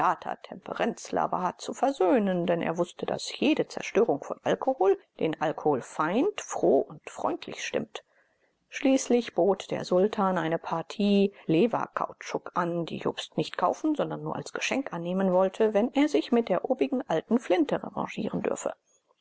temperenzler war zu versöhnen denn er wußte daß jede zerstörung von alkohol den alkoholfeind froh und freundlich stimmt schließlich bot der sultan eine partie lewakautschuk an die jobst nicht kaufen sondern nur als geschenk annehmen wollte wenn er sich mit der obigen alten flinte revanchieren dürfe